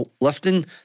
lifting